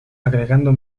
agregando